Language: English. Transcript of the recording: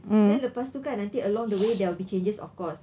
then lepas tu kan nanti along the way there will be changes of course